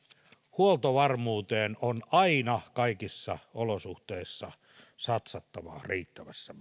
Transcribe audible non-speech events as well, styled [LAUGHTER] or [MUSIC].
huoltovarmuuteen on aina kaikissa olosuhteissa satsattava riittävässä [UNINTELLIGIBLE]